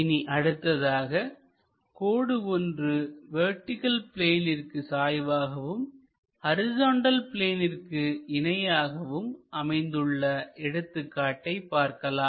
இனி அடுத்ததாக கோடு ஒன்று வெர்டிகள் பிளேனிற்கு சாய்வாகவும் ஹரிசாண்டல் பிளேனிற்கு இணையாகவும் அமைந்துள்ள எடுத்துக்காட்டை பார்க்கலாம்